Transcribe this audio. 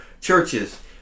churches